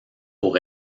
pour